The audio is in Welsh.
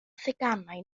theganau